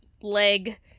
leg